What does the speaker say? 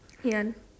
yes